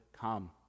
come